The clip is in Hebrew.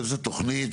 זו תוכנית,